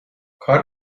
کار